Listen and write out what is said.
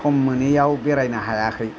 सम मोनैयाव बेरायनो हायाखै